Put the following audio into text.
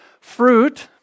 Fruit